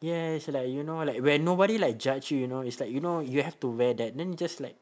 yes like you know like when nobody like judge you know it's like you know you have to wear that then just like